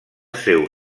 seu